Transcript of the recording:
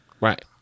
right